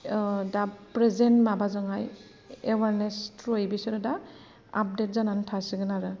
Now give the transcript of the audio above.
दा प्रेसेन्ट माबाजोंहाय एवारनेस थ्रुयै बिसोरो दा आपडेट जानानै थासिगोन आरो